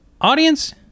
Audience